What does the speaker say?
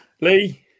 Lee